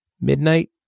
midnight